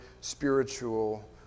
spiritual